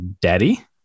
daddy